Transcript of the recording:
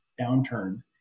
downturn